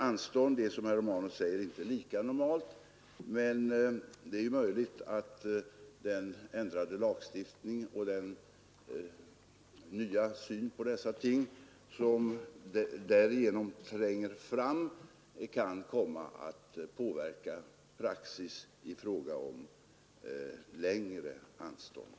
Anstånd är däremot, som herr Romanus säger, inte lika normalt. Men det är möjligt att den ändrade lagstiftningen och den nya syn på dessa ting som därigenom tränger fram kan komma att påverka praxis när det gäller längre anstånd.